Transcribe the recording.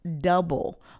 double